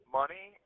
money